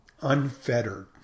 unfettered